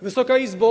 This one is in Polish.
Wysoka Izbo!